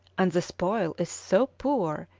and the spoil is so poor,